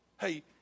Hey